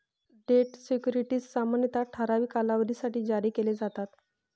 date securities सामान्यतः ठराविक कालावधीसाठी जारी केले जातात